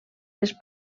les